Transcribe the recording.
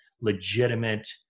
legitimate